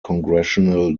congressional